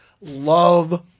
love